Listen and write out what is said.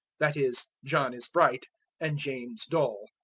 that is, john is bright and james dull.